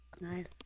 Nice